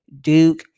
Duke